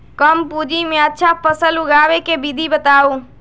कम पूंजी में अच्छा फसल उगाबे के विधि बताउ?